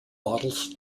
models